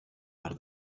maar